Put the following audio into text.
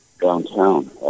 downtown